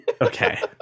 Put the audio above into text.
Okay